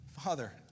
Father